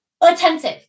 attentive